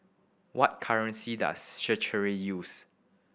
what currency does Seychelles use